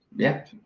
yeah,